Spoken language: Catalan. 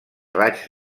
raigs